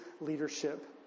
leadership